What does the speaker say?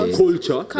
culture